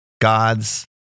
God's